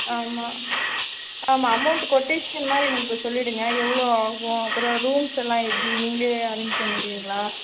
ஆமாம் ஆமாம் அமௌண்ட் கொட்டேஷன்லாம் எனக்கு இப்போ சொல்லிவிடுங்க எவ்வளோ ஆகும் அப்றம் ரூம்ஸெல்லாம் எப்படி நீங்களே அரேஞ்ச் பண்ணிவிடுவிங்களா